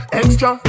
extra